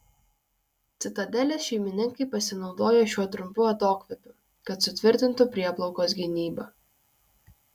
citadelės šeimininkai pasinaudojo šiuo trumpu atokvėpiu kad sutvirtintų prieplaukos gynybą